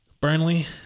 Burnley